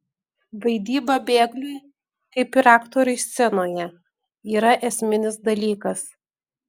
vaidyba bėgliui kaip ir aktoriui scenoje yra esminis dalykas